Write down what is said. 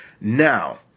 now